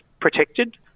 protected